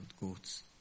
goats